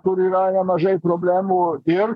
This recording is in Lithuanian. kur yra nemažai problemų ir